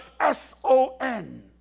S-O-N